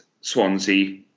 Swansea